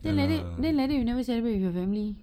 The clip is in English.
then like that then like that you never celebrate with your family